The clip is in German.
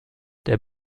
der